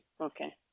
Okay